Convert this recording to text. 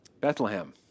Bethlehem